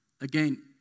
Again